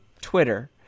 Twitter